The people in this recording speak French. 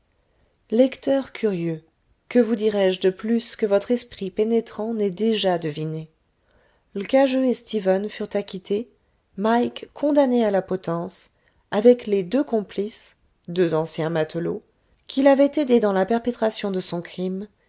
lecteur curieux que vous dirai-je de plus que votre esprit pénétrant n'ait déjà deviné l'cageux et stephen furent acquittés mike condamné à la potence avec les deux complices deux anciens matelots qui l'avaient aidé dans la perpétration de son crime